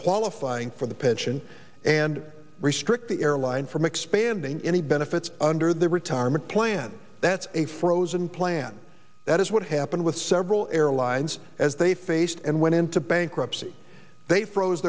qualifying for the pension and restrict the airline from expanding any benefits under the retirement plan that's a frozen plan that is what happened with several airlines as they faced and went into bankruptcy they froze